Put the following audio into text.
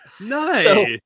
Nice